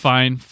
Fine